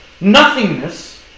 Nothingness